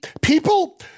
people